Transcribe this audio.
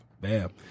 Bam